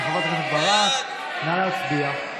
נא להצביע.